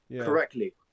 correctly